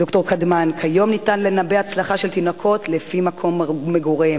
ד"ר קדמן: כיום ניתן לנבא הצלחה של תינוקות לפי מקום מגוריהם.